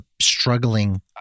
struggling